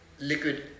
liquid